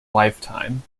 lifetime